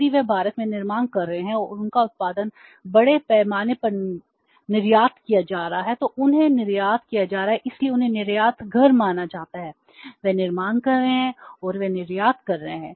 यदि वे भारत में निर्माण कर रहे हैं और उनका उत्पादन बड़े पैमाने पर निर्यात किया जा रहा है तो उन्हें निर्यात किया जा रहा है इसलिए उन्हें निर्यात घर माना जाता है वे निर्माण कर रहे हैं और वे निर्यात कर रहे हैं